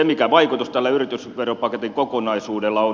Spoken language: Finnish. mikä vaikutus tälle yritysveropaketin kokonaisuudella on